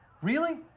really?